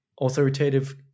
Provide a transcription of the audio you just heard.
authoritative